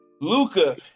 Luca